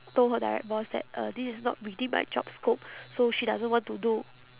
told her direct boss that uh this is not within my job scope so she doesn't want to do